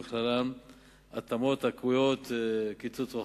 ובכללן התאמות הקרויות קיצוץ רוחבי.